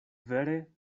vere